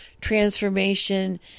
transformation